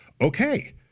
Okay